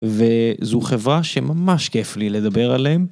וזו חברה שממש כיף לי לדבר עליהן.